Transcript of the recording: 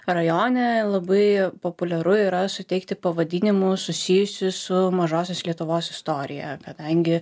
rajone labai populiaru yra suteikti pavadinimus susijusių su mažosios lietuvos istorija kadangi